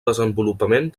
desenvolupament